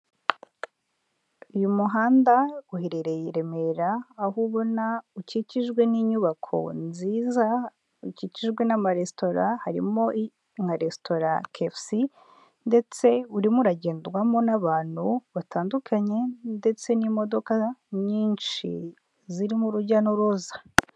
Uyu muhanda uherereye i Remera aho ubona ukikijwe n'inyubako nziza, ukikijwe n'amaresitora harimo nka restora KFC, ndetse urimo uragendwamo n'abantu batandukanye ndetse n'imodoka nyinshi zirimo urujya n'uruza.